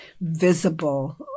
visible